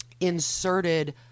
inserted